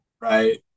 Right